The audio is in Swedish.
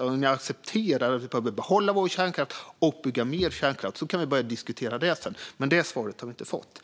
Om ni accepterar att Sverige behöver behålla sin kärnkraft och bygga mer kärnkraft kan vi börja diskutera, men det svaret har vi inte fått.